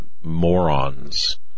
morons